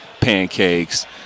pancakes